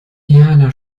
jana